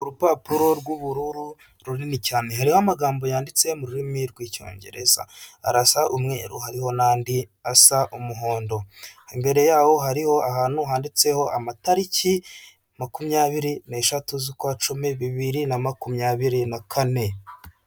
Urupapuro rw'ubururu runini cyane hariho amagambo yanditse mu rurimi rw'icyongereza, arasa umweru hariho na'andi asa umuhondo, imbere yaho hariho ahantu handitseho amatariki makumyabiri n'eshatu z'ukwa cumi bibiri na makumyabiri na kane.